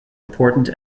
important